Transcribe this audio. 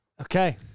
Okay